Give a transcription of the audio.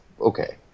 okay